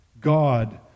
God